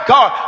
God